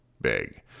big